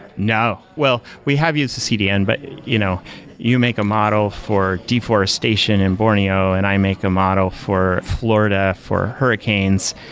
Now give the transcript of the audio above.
no. well, we have used a cdn, but you know you make a model for deforestation in borneo and i make a model for florida for hurricanes,